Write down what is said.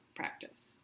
practice